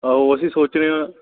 ਆਹੋ ਅਸੀਂ ਸੋਚ ਰਹੇ ਹਾਂ